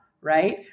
Right